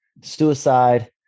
Suicide